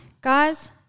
Guys